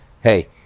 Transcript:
Hey